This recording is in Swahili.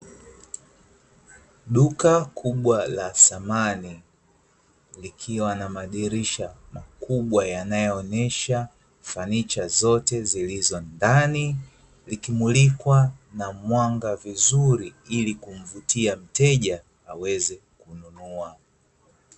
Duka kubwa samani, likiwa na madirisha makubwa yanayoonesha fanicha zote zilizo ndani. Likimulikwa na mwanga vizuri ili kumvutia mteja aweze kununua.